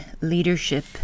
leadership